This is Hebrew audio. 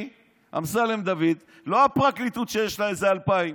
אני, אמסלם דוד, לא הפרקליטות שיש לה איזה אלפיים,